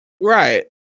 Right